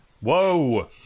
Whoa